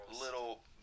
little